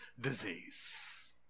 disease